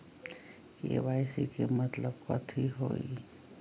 KYC के मतलब कथी होई?